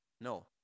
No